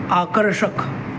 आकर्षक